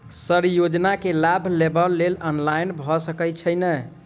Sir योजना केँ लाभ लेबऽ लेल ऑनलाइन भऽ सकै छै नै?